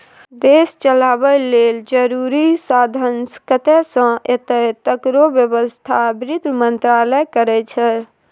देश चलाबय लेल जरुरी साधंश कतय सँ एतय तकरो बेबस्था बित्त मंत्रालय करै छै